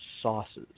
sauces